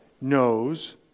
knows